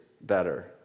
better